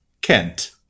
Kent